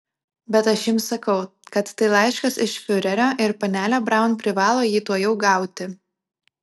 bet aš jums sakau kad tai laiškas iš fiurerio ir panelė braun privalo jį tuojau gauti